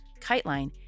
KiteLine